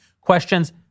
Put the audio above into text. questions